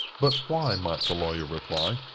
but why, might the lawyer reply,